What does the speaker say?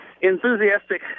enthusiastic